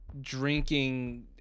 drinking